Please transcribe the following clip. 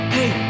Hey